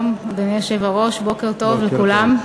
שלום, אדוני היושב-ראש, בוקר טוב לכולם.